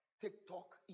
TikTok